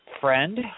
friend